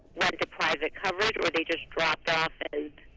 went to private coverage or they just dropped off and,